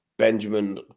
Benjamin